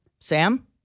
Sam